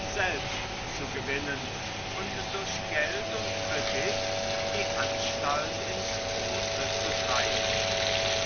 selbst zu gewinnen und durch geld und kredit die anstalt ins große zu treiben